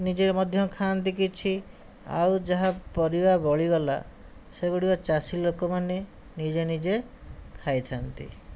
ନିଜେ ମଧ୍ୟ ଖାଆନ୍ତି କିଛି ଆଉ ଯାହା ପରିବା ବଳିଗଲା ସେଗୁଡ଼ିକ ଚାଷୀ ଲୋକମାନେ ନିଜେ ନିଜେ ଖାଇ ଥାଆନ୍ତି